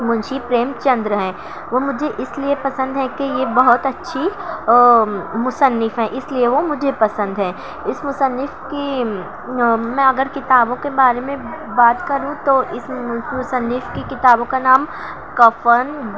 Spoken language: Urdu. منشی پریم چندر ہیں وہ مجھے اس لیے پسند ہیں کہ یہ بہت اچھی مصنف ہیں اس لیے وہ مجھے پنسد ہیں اس مصنف کی میں اگر کتابوں کے بارے میں بات کروں تو اس مصنف کی کتابوں کا نام کفن